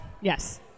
Yes